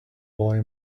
boy